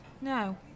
No